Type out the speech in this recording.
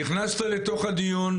נכנסת לתוך הדיון,